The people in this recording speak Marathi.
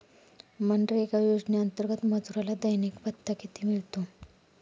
मनरेगा योजनेअंतर्गत मजुराला दैनिक भत्ता किती मिळतो?